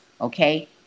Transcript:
Okay